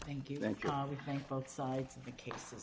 thank you thank both sides of the cases